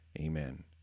Amen